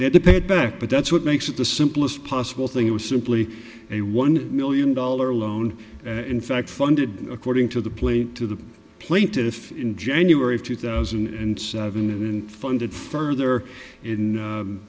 they had to pay it back but that's what makes it the simplest possible thing it was simply a one million dollar loan and in fact funded according to the plaint to the plaintiff in january of two thousand and seven and funded further in